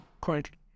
currently